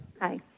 Hi